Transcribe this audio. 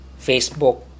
Facebook